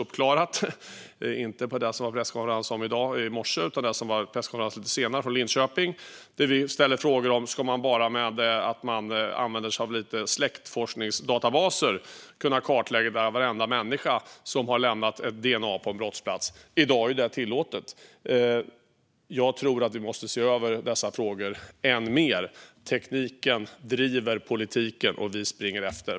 Jag talar inte om det som det var presskonferens om i morse utan om det som det ska vara presskonferens från Linköping om lite senare. I och med det ställs frågan om man bara genom att använda sig av släktforskningsdatabaser ska kunna kartlägga varenda människa som har lämnat DNA på en brottsplats. I dag är det tillåtet. Jag tror att vi måste se över dessa frågor ännu mer. Tekniken driver politiken, och vi springer efter.